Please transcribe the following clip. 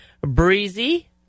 breezy